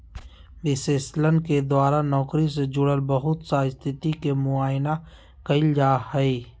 विश्लेषण के द्वारा नौकरी से जुड़ल बहुत सा स्थिति के मुआयना कइल जा हइ